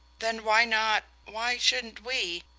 then why not why shouldn't we?